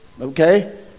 Okay